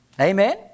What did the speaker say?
Amen